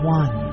one